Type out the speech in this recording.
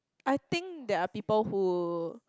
I think there are people who